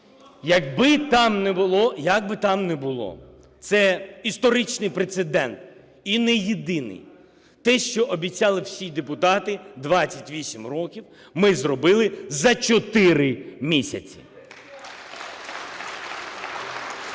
Як би там не було, це історичний прецедент, і не єдиний. Те, що обіцяли всі депутати 28 років, ми зробили за 4 місяці